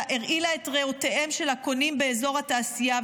את ריאותיהם של הקונים באזור התעשייה,